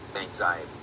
Anxiety